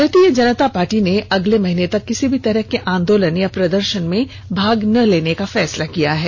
भारतीय जनता पार्टी ने अगले महीने तक किसी भी तरह के आन्दोलन या प्रदर्शन में भाग न लेने का फैसला लिया है